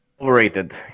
Overrated